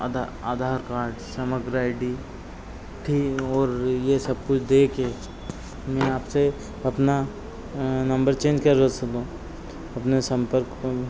आधा Aadhaar card Samagra I D और यह सब कुछ देकर मैं आपसे अपना नम्बर चेन्ज अपने सम्पर्क होने